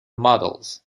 models